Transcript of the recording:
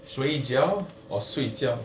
水饺 or 睡觉